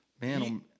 man